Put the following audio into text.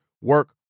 work